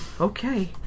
Okay